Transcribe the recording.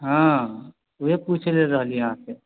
हँ उहे पुछले रहली अहाँ से